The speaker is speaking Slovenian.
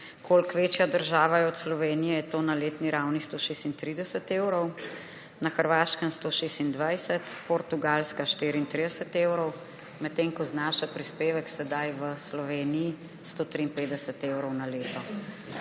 koliko večja država je od Slovenije, je to na letni ravni 136 evrov, na Hrvaškem 126, Portugalska 34 evrov, medtem ko znaša prispevek zdaj v Sloveniji 153 evrov na leto.